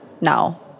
now